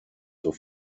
zur